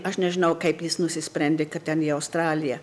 aš nežinau kaip jis nusisprendė kad ten į australiją